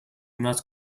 not